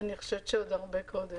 אני חושב שעוד הרבה קודם.